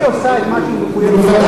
היא עושה את מה שהיא מחויבת לו.